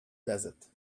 desert